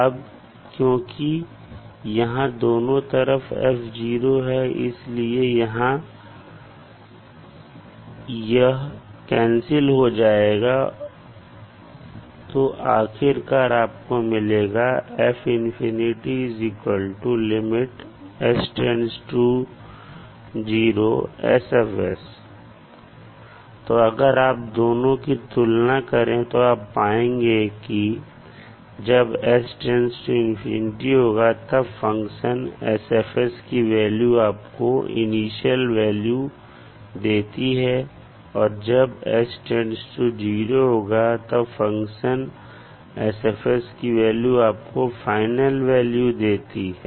अब क्योंकि यहां दोनों तरफ f है इसलिए या कैंसिल हो जाएगा तो आखिरकार आपको मिलेगा तो अगर आप दोनों की तुलना करें तो पाएंगे कि जब होगा तब फंक्शन sF की वैल्यू आपको इनिशियल वैल्यू देती है और जब होगा तब फंक्शन sF की वैल्यू आपको फाइनल वैल्यू देती है